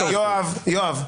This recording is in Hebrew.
יואב,